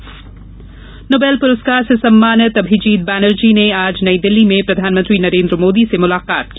Nobel पुरस्कार Nobel पुरस्कार से सम्मानित अभिजीत बनर्जी ने आज नई दिल्ली में प्रधानमंत्री नरेन्द्र मोदी से मुलाकात की